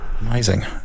Amazing